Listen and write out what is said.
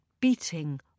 beating